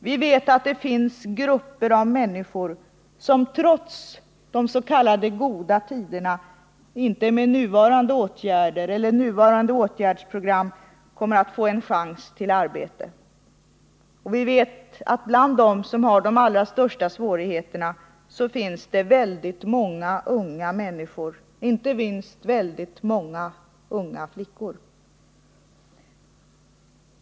Vi vet att det finns grupper av människor som trots de s.k. goda tiderna inte med nuvarande åtgärder och åtgärdsprogram kommer att få en chans till arbete. Vi vet att bland dem som har de allra största svårigheterna finns det väldigt många unga människor, framför allt väldigt många unga flickor.